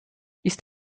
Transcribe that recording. ist